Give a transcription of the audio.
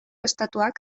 estatutuak